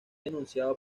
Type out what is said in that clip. denunciado